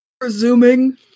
presuming